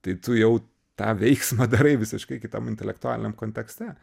tai tu jau tą veiksmą darai visiškai kitam intelektualiniam kontekste